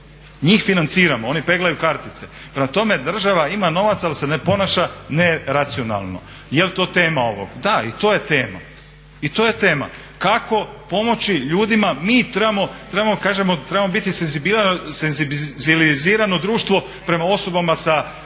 Njih financiramo, oni peglaju kartice. Prema tome, država ima novaca ali se ne ponaša neracionalno. Jel' to tema ovog? Da, i to je tema. Kako pomoći ljudima, mi trebamo, kažemo trebamo biti senzibilizirano društvo prema osobama s